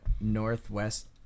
northwest